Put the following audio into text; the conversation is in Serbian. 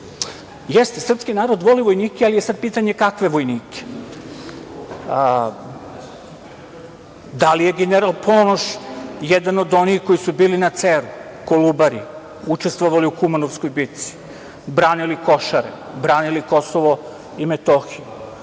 srpski narod voli vojnike, ali je sada pitanje kakve vojnike. Da li je general Ponoš jedan od onih koji su bili na Ceru, Kolubari, učestvovali u Kumanovskoj bitci, branili Košare, branili Kosovo i Metohiju,